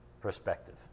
Perspective